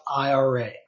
IRA